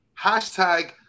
Hashtag